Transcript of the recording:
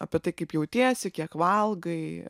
apie tai kaip jautiesi kiek valgai